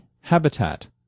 Habitat